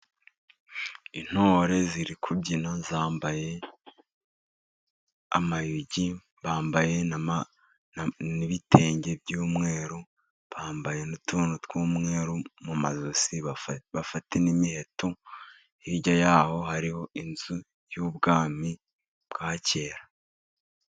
Intore ziri kubyina zambaye amayogi, bambaye n'ibitenge by'umweru, bambaye n'utuntu tw'umweru mu majosi, bafite n'imiheto, hirya yaho hariho inzu y'ubwami bwa kera.